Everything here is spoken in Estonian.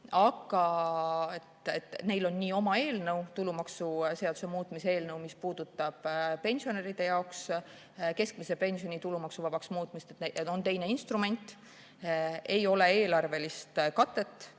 Aga neil on oma eelnõu, tulumaksuseaduse muutmise eelnõu, mis puudutab pensionäride jaoks keskmise pensioni tulumaksuvabaks muutmist, neil on teine instrument, eelarvelist katet